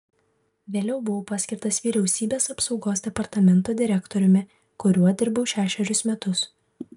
vėliau buvau paskirtas vyriausybės apsaugos departamento direktoriumi kuriuo dirbau šešerius metus